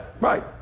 Right